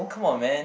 come on man